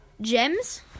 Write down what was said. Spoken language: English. gems